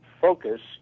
focused